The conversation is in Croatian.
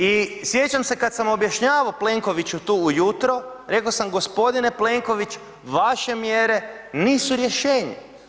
I sjećam se kad sam objašnjavao Plenkoviću tu ujutro, rekao sam g. Plenković vaše mjere nisu rješenje.